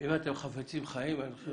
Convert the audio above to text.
אם אתם חפצים חיים, אני חושב